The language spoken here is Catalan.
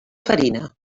farina